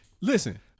Listen